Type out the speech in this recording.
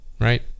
right